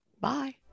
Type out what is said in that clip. Bye